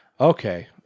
Okay